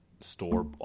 store